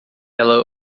ela